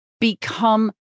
become